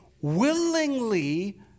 willingly